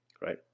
right